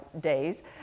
days